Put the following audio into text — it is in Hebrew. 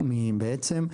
בעצם,